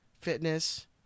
fitness